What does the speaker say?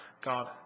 God